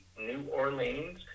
neworleans